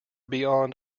beyond